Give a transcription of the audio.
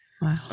Wow